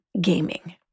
gaming